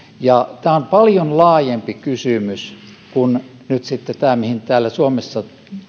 tämä on paljon laajempi kysymys kuin nyt sitten tämä mihin täällä suomessa